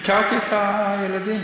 תחקרתי את הילדים,